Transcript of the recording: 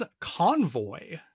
Convoy